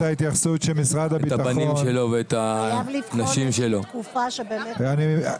את הבנים שלו ואת האישה שלו.